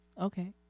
Okay